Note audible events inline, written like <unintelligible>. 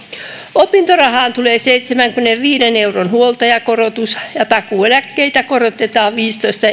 opintorahaan tulee seitsemänkymmenenviiden euron huoltajakorotus ja takuueläkkeitä korotetaan viisitoista <unintelligible>